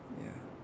ya